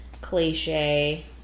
cliche